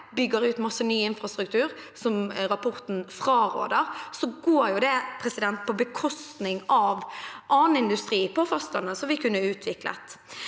og bygger ut masse ny infrastruktur, som rapporten fraråder, går jo det på bekostning av annen industri, på fastlandet, som vi kunne ha utviklet.